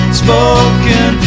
spoken